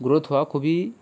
growth হওয়া খুবই